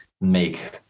make